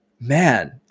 man